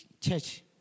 church